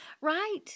Right